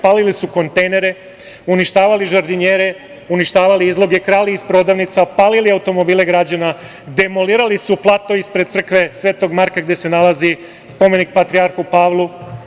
Palili su kontejnere, uništavali izloge, krali iz prodavnica, palili automobile građana, demolirali su plato ispred crkve Svetog Marka, gde se nalazi spomenik Patrijarhu Pavlu.